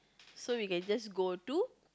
so we can just go to